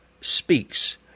speaks